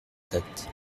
sept